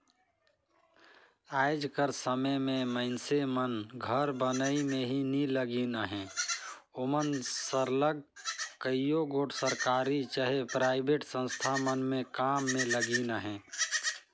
आएज कर समे में मइनसे मन घर बनई में ही नी लगिन अहें ओमन सरलग कइयो गोट सरकारी चहे पराइबेट संस्था मन में काम में लगिन अहें